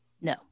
No